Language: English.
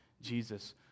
Jesus